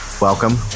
Welcome